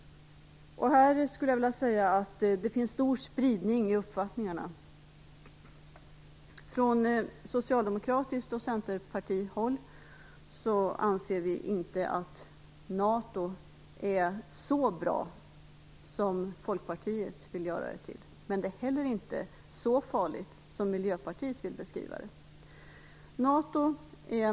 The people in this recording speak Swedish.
Här finns det en stor spridning i uppfattningarna. Från Socialdemokraternas och Centerpartiets håll anses NATO inte vara så bra som Folkpartiet vill göra det till. Men det är heller inte så farligt som Miljöpartiet vill beskriva det.